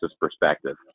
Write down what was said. perspective